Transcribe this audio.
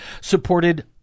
supported